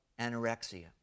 anorexia